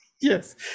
Yes